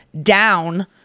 down